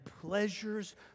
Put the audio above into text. pleasures